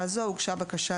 ההעסקה